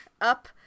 up